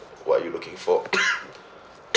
what are you looking for